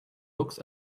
looks